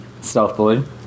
Stealthily